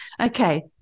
okay